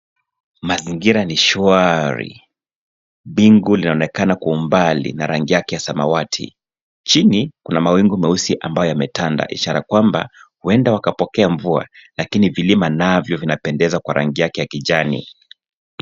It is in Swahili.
Mazingira ni shwari, mbingu inaonekana kwa mbali na rangi yake ya samawati chini kuna mawingu meusi yambayo yametanda ishara kwamba huenda wakapokea mvua lakini vilima vyake vinapendeza kwa rangi yake wa kijani.